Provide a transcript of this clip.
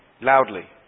Loudly